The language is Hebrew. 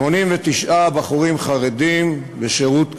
89 בחורים חרדים, לשירות קרבי,